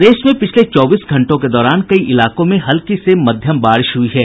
प्रदेश में पिछले चौबीस घंटों के दौरान कई इलाकों में हल्की से मध्यम बारिश हुई है